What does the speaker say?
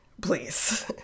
please